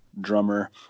drummer